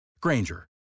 Granger